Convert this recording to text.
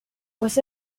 was